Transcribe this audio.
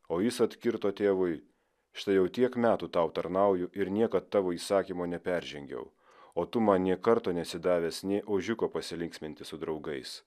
o jis atkirto tėvui štai jau tiek metų tau tarnauju ir niekad tavo įsakymo neperžengiau o tu man nė karto nesi davęs nė ožiuko pasilinksminti su draugais